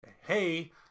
Hey